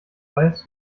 weiß